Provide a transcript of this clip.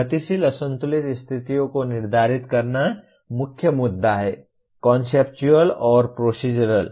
गतिशील असंतुलित स्थितियों को निर्धारित करना मुख्य मुद्दा है कॉन्सेप्चुअल और प्रोसीज़रल